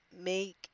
make